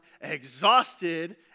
exhausted